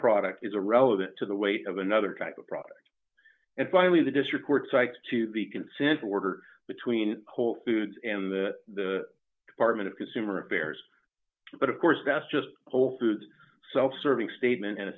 product is irrelevant to the weight of another type of product and finally the district court cites to the consent order between whole foods and the department of consumer affairs but of course that's just whole foods self serving statement and a